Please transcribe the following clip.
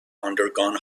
undergone